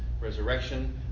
resurrection